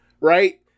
right